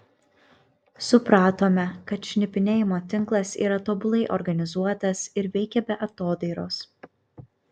supratome kad šnipinėjimo tinklas yra tobulai organizuotas ir veikia be atodairos